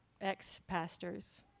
ex-pastors